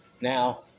Now